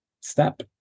step